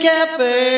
Cafe